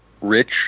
Rich